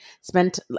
spent